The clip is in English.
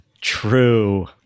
True